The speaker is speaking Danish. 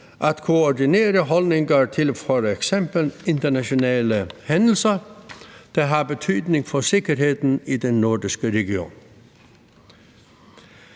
at koordinere holdninger til f.eks. internationale hændelser, der har betydning for sikkerheden i den nordiske region«.